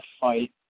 fight